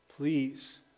Please